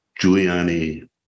Giuliani